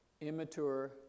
immature